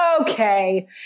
okay